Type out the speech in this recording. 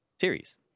series